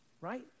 right